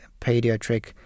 pediatric